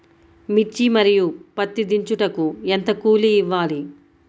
మిర్చి మరియు పత్తి దించుటకు ఎంత కూలి ఇవ్వాలి?